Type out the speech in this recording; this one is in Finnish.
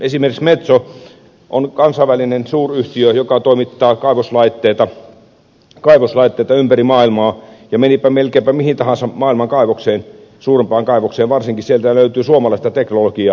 esimerkiksi metso on kansainvälinen suuryhtiö joka toimittaa kaivoslaitteita ympäri maailmaa ja menipä melkeinpä mihin tahansa maailman kaivokseen varsinkin suurempaan kaivokseen sieltä löytyy suomalaista teknologiaa